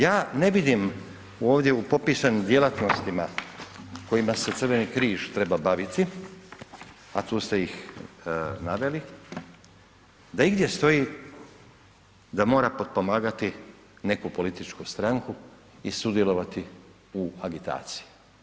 Ja ne vidim ovdje u popisanim djelatnostima kojima se Crveni križ treba baviti, a tu ste ih naveli, da igdje stoji da mora potpomagati neku političku stranku i sudjelovati u agitaciji.